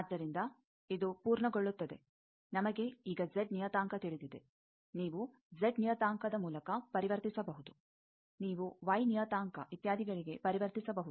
ಆದ್ದರಿಂದ ಇದು ಪೂರ್ಣಗೊಳ್ಳುತ್ತದೆ ನಮಗೆ ಈಗ ಜೆಡ್ ನಿಯತಾಂಕ ತಿಳಿದಿದೆ ನೀವು ಜೆಡ್ ನಿಯತಾಂಕದ ಮೂಲಕ ಪರಿವರ್ತಿಸಬಹುದು ನೀವು ವೈನಿಯತಾಂಕ ಇತ್ಯಾದಿಗಳಿಗೆ ಪರಿವರ್ತಿಸಬಹುದು